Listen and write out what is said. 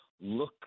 look